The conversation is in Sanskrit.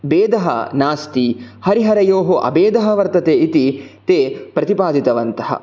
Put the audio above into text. भेदः नास्ति हरिहरयोः अभेदः वर्तते इति ते प्रतिपादितवन्तः